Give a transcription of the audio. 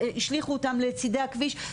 השליכו אותם לצידי הכביש,